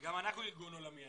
גם אנחנו ארגון עולמי.